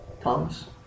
Thomas